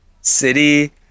City